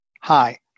Hi